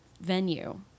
venue